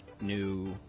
new